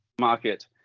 market